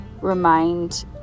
remind